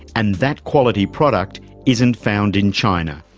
and that quality product isn't found in china.